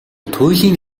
туйлын